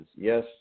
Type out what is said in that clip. yes